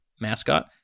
mascot